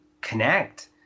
connect